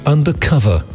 Undercover